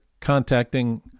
contacting